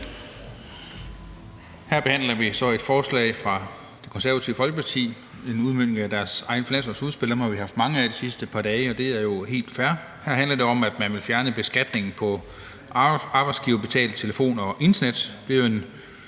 Her behandler vi så et forslag fra Det Konservative Folkeparti, en udmøntning af deres eget finanslovsudspil – dem har vi haft mange af de sidste par dage, og det er jo helt fair. Her handler det om, at man vil fjerne beskatningen på arbejdsgiverbetalt telefon og internet.